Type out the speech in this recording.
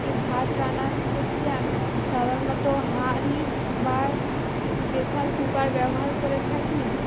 এ ভাত রান্নার ক্ষেত্রে আমি সাধারণত হাঁড়ি বা প্রেশার কুকার ব্যবহার করে থাকি